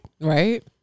Right